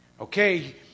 Okay